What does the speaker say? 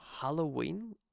Halloween